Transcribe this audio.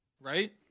right